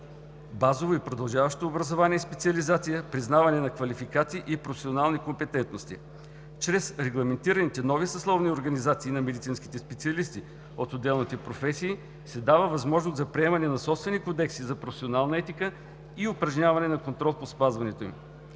базово и продължаващо образование и специализация, признаване на квалификации и професионални компетентности. Чрез регламентираните нови съсловни организации на медицинските специалисти от отделните професии се дава възможност за приемане на собствени кодекси за професионална етика и упражняване на контрол по спазването им.